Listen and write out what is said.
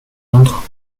entre